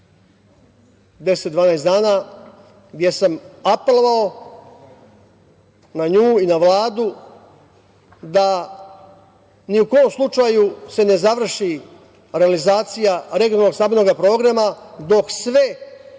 10, 12 dana, gde sam apelovao na nju i na Vladu da ni u kom slučaju se ne završi realizacija Regionalnog stambenog programa dok sve